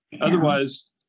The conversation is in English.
otherwise